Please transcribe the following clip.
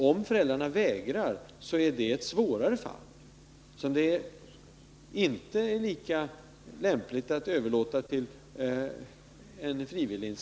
Om föräldrarna vägrar att ha kontaktman är det ett svårare fall, som det inte är lika lämpligt att överlåta till en lekman.